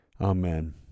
Amen